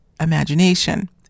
imagination